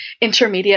intermediate